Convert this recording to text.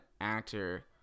actor